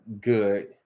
good